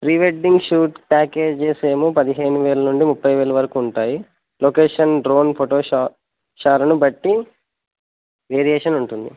pre wedding shoot packages ఏమో పదిహేను వేల నుండి ముప్పై వేల వరకు ఉంటాయి లొకేషన్ డ్రోన్ ఫొటో షాట్ను బట్టి వేరియేషన్ ఉంటుంది